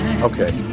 Okay